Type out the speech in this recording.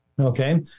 Okay